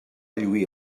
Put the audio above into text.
lluir